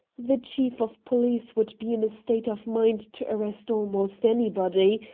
the chief of police would be in a state of mind to arrest almost anybody,